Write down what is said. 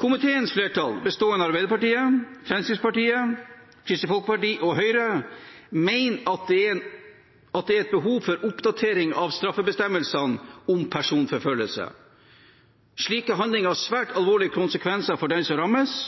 Komiteens flertall, bestående av Arbeiderpartiet, Fremskrittspartiet, Kristelig Folkeparti og Høyre, mener at det er et behov for oppdatering av straffebestemmelsene om personforfølgelse. Slike handlinger har svært alvorlige konsekvenser for den som rammes,